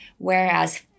Whereas